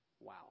Wow